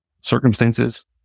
Circumstances